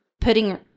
putting